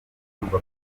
mwumva